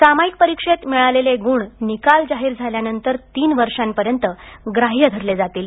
सामायिक परीक्षेत मिळालेले गुण निकाल जाहीर झाल्यानंतर तीन वर्षांपर्यंत ग्राह्य धरले जातील